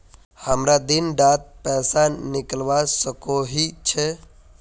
हमरा दिन डात पैसा निकलवा सकोही छै?